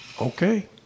Okay